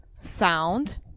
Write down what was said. Sound